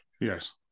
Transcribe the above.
Yes